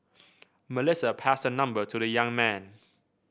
Melissa passed her number to the young man